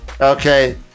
okay